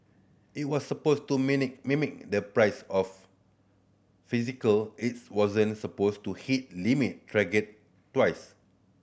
it was supposed to mimic the price of physical its wasn't supposed to hit limit trigger twice